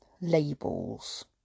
labels